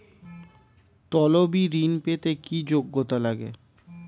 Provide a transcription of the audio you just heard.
তলবি ঋন পেতে কি যোগ্যতা লাগে?